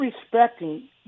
respecting